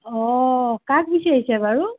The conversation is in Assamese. অ কাক বিচাৰিছে বাৰু